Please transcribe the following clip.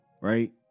right